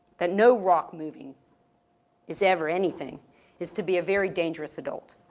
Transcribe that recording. that no rock moving is ever anything is to be a very dangerous adult.